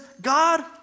God